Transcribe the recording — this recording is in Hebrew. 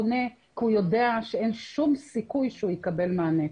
הציבור לא פונה כי הוא יודע שאין שום סיכוי שהוא יקבל מענה.